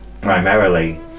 primarily